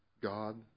God